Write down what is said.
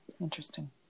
Interesting